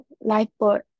lifeboat